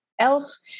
else